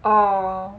orh